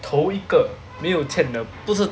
同一个没有欠的不是